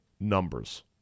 numbers